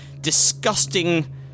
disgusting